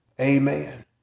Amen